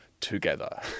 together